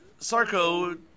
Sarko